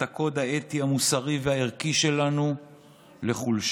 את הקוד האתי המוסרי והערכי שלנו לחולשה.